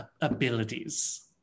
abilities